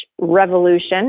revolution